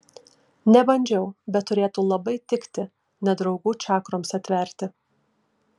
nebandžiau bet turėtų labai tikti nedraugų čakroms atverti